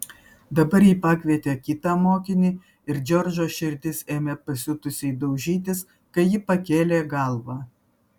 dabar ji pakvietė kitą mokinį ir džordžo širdis ėmė pasiutusiai daužytis kai ji pakėlė galvą